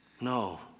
No